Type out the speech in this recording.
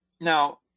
Now